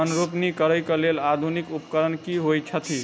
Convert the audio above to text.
धान रोपनी करै कऽ लेल आधुनिक उपकरण की होइ छथि?